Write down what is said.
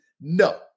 No